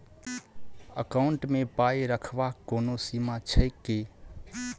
Account मे पाई रखबाक कोनो सीमा छैक की?